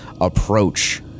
approach